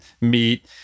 meet